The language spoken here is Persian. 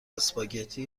اسپاگتی